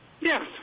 Yes